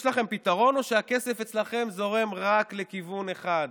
יש לכם פתרון, או שהכסף אצלכם זורם רק לכיוון אחד,